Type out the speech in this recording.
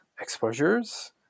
exposures